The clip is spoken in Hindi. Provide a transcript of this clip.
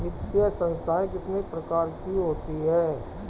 वित्तीय संस्थाएं कितने प्रकार की होती हैं?